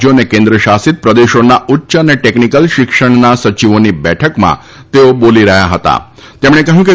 ્યો અને કેન્દ્ર શાસિત પ્રદેશોના ઉચ્ય અને ટેકનિકલ શિક્ષણના સચિવોની બેઠકમાં તેઓ બોલી રહ્યા હતાતેમણે કહ્યું કે